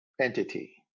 entity